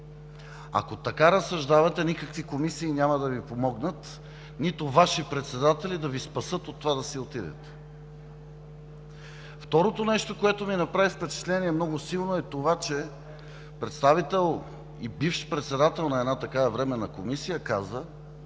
Ако така разсъждавате, никакви комисии няма да Ви помогнат, нито Ваши председатели да Ви спасят от това да си отидете. Второто нещо, което ми направи впечатление много силно, е това, че представител и бивш председател на една такава временна комисия каза,